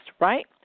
right